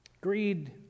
Greed